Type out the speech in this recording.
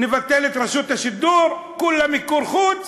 נבטל את רשות השידור, כולם מיקור-חוץ.